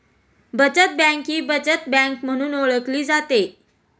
बचत बँक ही बचत बँक म्हणून ओळखली जाते